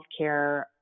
healthcare